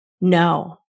No